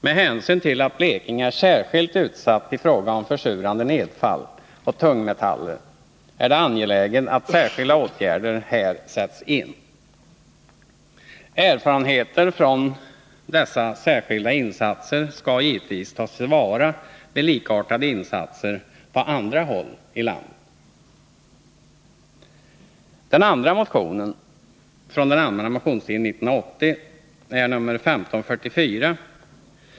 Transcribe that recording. Med hänsyn till att Blekinge är särskilt utsatt i fråga om försurande nedfall och tungmetaller är det angeläget att särskilda åtgärder här sätts in. Erfarenheter från dessa särskilda insatser skall givetvis tas till vara vid likartade insatser på andra håll i landet. Den andra motionen från allmänna motionstiden 1980 är nr 1544.